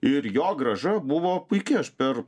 ir jo grąža buvo puiki aš per